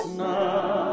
now